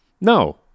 No